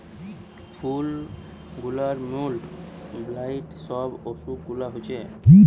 ফুল গুলার mould, blight সব অসুখ গুলা হচ্ছে